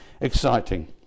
exciting